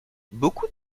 beaucoup